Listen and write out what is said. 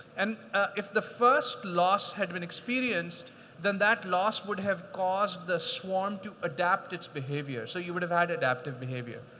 and if the first loss had been experienced than that loss would have caused the swarm to adapt its behavior. so you would have had adaptive behavior.